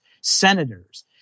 senators